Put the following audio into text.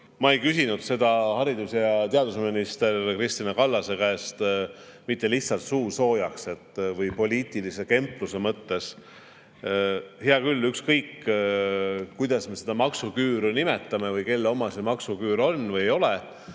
Ma ei küsinud seda haridus‑ ja teadusminister Kristina Kallase käest mitte lihtsalt suusoojaks või poliitilise kempluse mõttes. Hea küll, ükskõik, kuidas me seda maksuküüru nimetame või kelle oma see maksuküür on või ei ole,